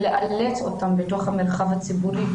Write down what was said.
ולאלץ אותם במרחב הציבורי,